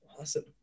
Awesome